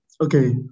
Okay